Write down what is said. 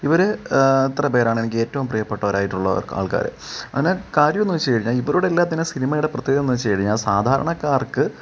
ഇവർ അത്ര പേരാണ് എനിക്ക് ഏറ്റോം പ്രിയപെട്ടവരായിട്ടുള്ള ആൾക്കാർ അങ്ങനെ കാര്യോന്ന് വെച്ചു കഴിഞ്ഞാൽ ഇവരുടെ എല്ലാം തന്നെ സിനിമയുടെ പ്രത്യേകതാന്ന് വെച്ചു കഴിഞ്ഞാൽ സാധാരണക്കാർക്ക്